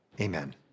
amen